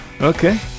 Okay